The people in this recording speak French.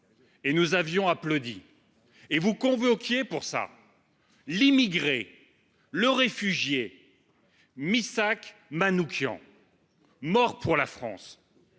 vous avions applaudi. Vous convoquiez alors l’immigré, le réfugié Missak Manouchian, mort pour la France.